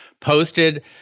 posted